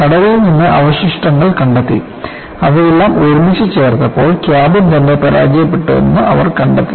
കടലിൽ നിന്ന് അവശിഷ്ടങ്ങൾ കണ്ടെത്തി അവയെല്ലാം ഒരുമിച്ച് ചേർത്തപ്പോൾ ക്യാബിൻ തന്നെ പരാജയപ്പെട്ടുവെന്ന് അവർ കണ്ടെത്തി